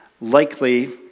likely